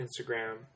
Instagram